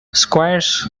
squares